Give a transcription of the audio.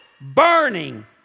burning